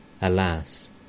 Alas